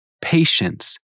Patience